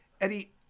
Eddie